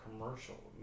Commercial